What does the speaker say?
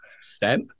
step